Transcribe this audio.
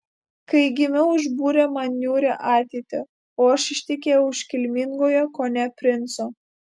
kai gimiau išbūrė man niūrią ateitį o aš ištekėjau už kilmingojo kone princo